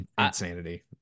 insanity